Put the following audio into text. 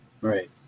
Right